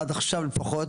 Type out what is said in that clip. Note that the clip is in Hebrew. עד עכשיו לפחות,